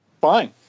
fine